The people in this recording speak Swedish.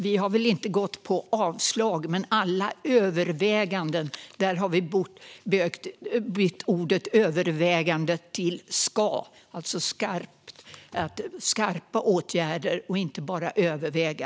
Vi har väl inte gått på avslag, men i alla överväganden har vi bytt "överväga" till "ska". Man ska vidta skarpa åtgärder och inte bara överväga.